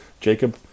Jacob